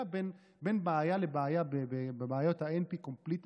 בין בעיה לבעיה בבעיות ה-NP-complete האלה,